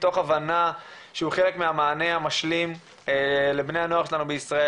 מתוך הבנה שהוא חלק מהמענה המשלים לבני הנוער שלנו בישראל.